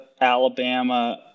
Alabama